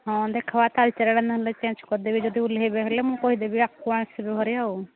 ହଁ ଦେଖିବା ନହେଲେ ଚେଞ୍ଜ୍ କରିଦେବି ଯଦି ଓହ୍ଲେଇବେ ହେଲେ ମୁଁ କହିଦେବି ଆଗକୁ ଆସିବେ ଆଉ